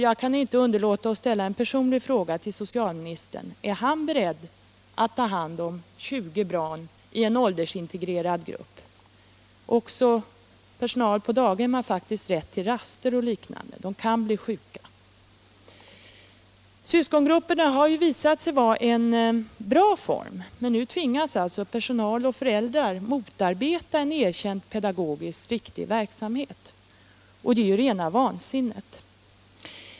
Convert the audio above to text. Jag kan inte underlåta att ställa en personlig fråga till socialministern: Är han beredd att ta hand om 20 barn i en åldersintegrerad grupp? Också personal på daghem har faktiskt rätt till raster, och de kan bli sjuka. — Nr 7 Syskongrupperna har ju visat sig vara en bra form. Men nu tvingas Torsdagen den alltså personal och föräldrar motarbeta en erkänd pedagogiskt viktig verk 13 oktober 1977 samhet, och det är rena vansinnet.